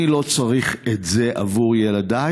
אני לא צריך את זה עבור ילדיי,